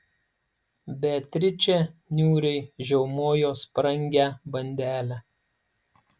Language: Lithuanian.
beatričė niūriai žiaumojo sprangią bandelę